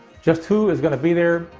just who is going to be there,